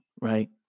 right